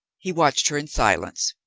he watched her in silence.